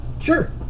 sure